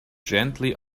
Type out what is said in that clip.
gently